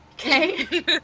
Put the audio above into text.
Okay